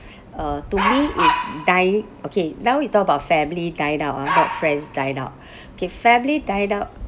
uh to me is dine okay now we talk about family dine out ah not friends dine out okay family dine out